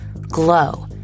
glow